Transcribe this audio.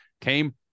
came